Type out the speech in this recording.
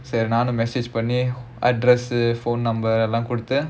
சரி நானும்:sari naanum message பண்ணி:panni address phone number எல்லாம் குடுத்து:ellaam kuduthu